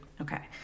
Okay